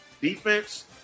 defense